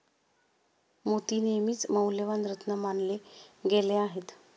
मोती नेहमीच मौल्यवान रत्न मानले गेले आहेत